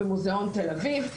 במוזיאון תל אביב,